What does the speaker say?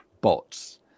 bots